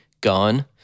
gone